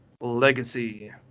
Legacy